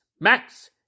Max